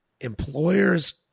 Employers